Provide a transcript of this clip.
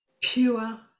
pure